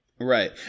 right